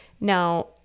Now